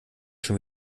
schon